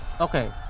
Okay